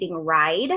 ride